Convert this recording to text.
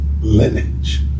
lineage